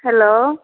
hello